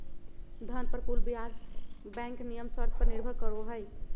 धन पर कुल ब्याज बैंक नियम शर्त पर निर्भर करो हइ